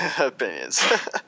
opinions